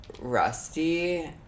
Rusty